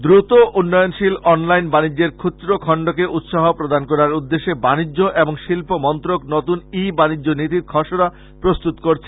দুত উন্নয়নশীল অনলাইন বানিজ্যের খুচরা খন্ডকে উৎসাহ প্রদান করার উদ্দেশ্যে বানিজ্য এবং শিল্প মন্ত্রনালয় নতুন ই বানিজ্য নীতির খসড়া প্রস্তত করছে